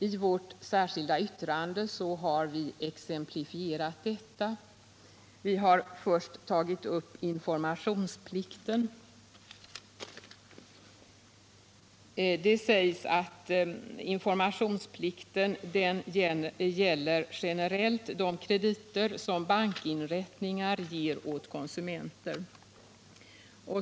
I vårt särskilda yttrande har vi exemplifierat detta. Vi har först tagit upp kreditgivarnas informationsplikt. Informationsplikten gäller generellt också de krediter som bankinrättningar ger åt konsumenter.